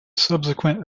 subsequent